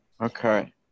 Okay